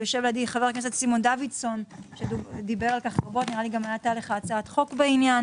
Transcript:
חבר הכנסת סימון דוידסון דיבר על זה רבות והייתה לך הצעת חוק בעניין